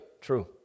true